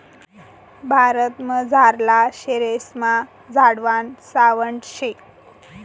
भारतमझारला शेरेस्मा झाडवान सावठं शे